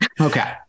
Okay